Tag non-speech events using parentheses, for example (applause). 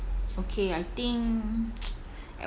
okay I think (noise)